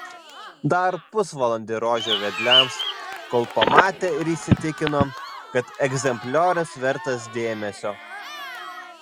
dar pusvalandį rodžiau vedliams kol pamatė ir įsitikino kad egzempliorius vertas dėmesio